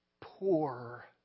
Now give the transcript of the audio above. poor